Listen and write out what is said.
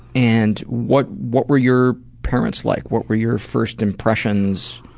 and what what were your parents like? what were your first impressions?